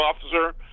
officer